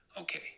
Okay